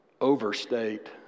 overstate